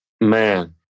Man